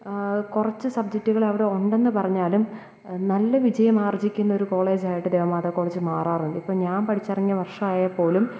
കുറച്ച് സബ്ജക്റ്റുകളവിടെ ഉണ്ടെന്നു പറഞ്ഞാലും നല്ല വിജയമാർജ്ജിക്കുന്നൊരു കോളേജായിട്ട് ദേവമാതാ കോളേജ് മാറാറുണ്ട് ഇപ്പം ഞാൻ പഠിച്ചിറങ്ങിയ വർഷമായാൽ പോലും